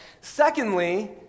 Secondly